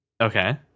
Okay